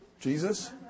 Jesus